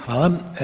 Hvala.